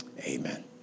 Amen